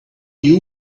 you